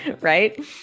Right